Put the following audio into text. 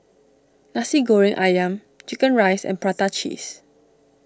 Nasi Goreng Ayam Chicken Rice and Prata Cheese